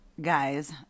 guys